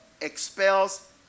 expels